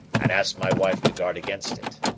and asked my wife to guard against it.